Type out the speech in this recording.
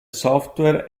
software